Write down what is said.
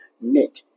knit